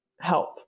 help